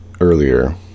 earlier